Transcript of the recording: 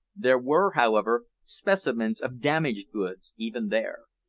there were, however, specimens of damaged goods even there.